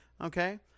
Okay